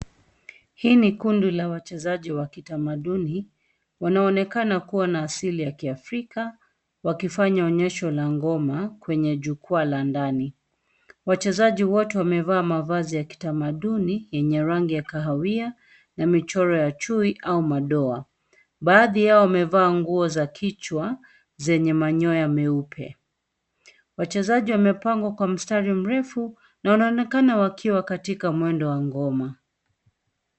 Hii ni kundi la wachezaji wa kitamaduni. Wanaonekana wakiwa na asili ya kiafrika wakifanya onyesho la ngoma kwenye jukwaa la ndani. Wachezaji wote wamevaa mavazi ya kitamaduni, yenye rangi ya kahawia na michoro ya chui au madoa. Baadhi yao wamevaa nguo za kichwa, zenye manyoya meupe. Wachezaji wamepangwa kwa mstari mrefu na wanaonekana wakiwa katika mwendo wa ngoma.